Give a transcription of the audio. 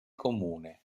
comune